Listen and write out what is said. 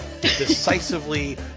Decisively